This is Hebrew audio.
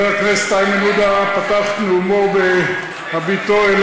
אבל תחשבו על הרגע הזה שאישה שהפכה להיות קורבן לסביבה